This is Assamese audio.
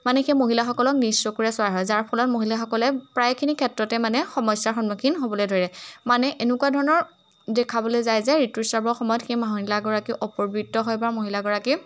মানে সেই মহিলাসকলক নীচ চকুৰে কৰি চোৱা হয় যাৰ ফলত মহিলাসকলে প্ৰায়খিনি ক্ষেত্ৰতে মানে সমস্যাৰ সন্মুখীন হ'বলৈ ধৰে মানে এনেকুৱা ধৰণৰ দেখাবলৈ যায় যে ঋতুস্ৰাৱৰ সময়ত সেই মহিলাগৰাকী অপবিত্ৰ হৈ বা মহিলাগৰাকী